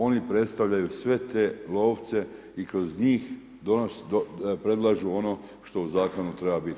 Oni predstavljaju sve te lovce i kroz njih predlažu ono što u Zakonu treba biti.